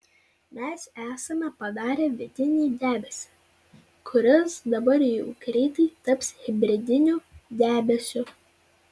mes esame padarę vidinį debesį kuris dabar jau greitai taps hibridiniu debesiu